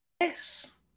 Yes